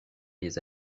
des